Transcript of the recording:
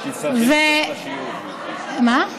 תצטרכי למשוך את, מה?